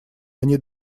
они